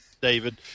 David